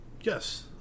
Yes